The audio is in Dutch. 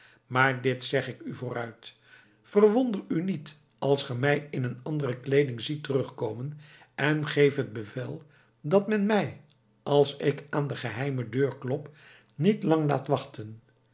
maar dit zeg ik u vooruit verwonder u niet als ge mij in een andere kleeding ziet terugkomen en geef t bevel dat men mij als ik aan de geheime deur klop niet lang laat wachten